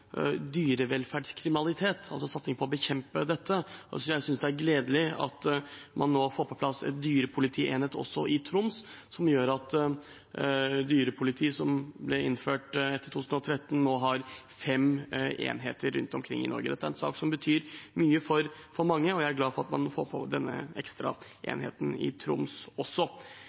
dyrevelferdskriminalitet, altså satsingen på å bekjempe dette. Jeg synes det er gledelig at man nå får på plass en dyrepolitienhet også i Troms, noe som gjør at dyrepolitiet som ble innført i 2013, nå har fem enheter rundt omkring i Norge. Dette er en sak som betyr mye for mange, og jeg er glad for at man får denne ekstra enheten i Troms.